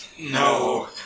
No